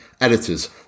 editors